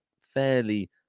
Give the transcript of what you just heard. fairly